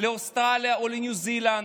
לאוסטרליה או לניו זילנד.